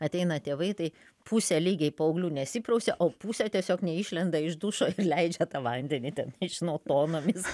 ateina tėvai tai pusė lygiai paauglių nesiprausia o pusė tiesiog neišlenda iš dušo ir leidžia tą vandenį ten nežinau tonomis